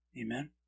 Amen